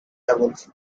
cables